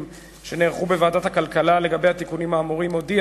אופיר אקוניס (יו"ר ועדת הכלכלה): אדוני